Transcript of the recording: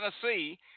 Tennessee